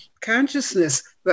Consciousness